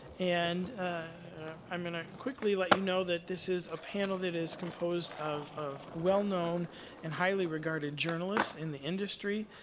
and i'm going to quickly let you know that this is a panel that is composed of of well-known and highly regarded journalists in the industry.